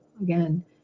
again